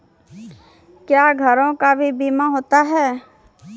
क्या घरों का भी बीमा होता हैं?